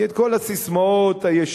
כי את כל הססמאות הישנות,